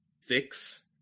fix